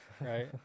right